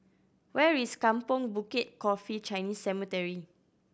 where is Kampong Bukit Coffee Chinese Cemetery